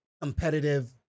competitive